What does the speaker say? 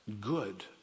good